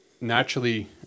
naturally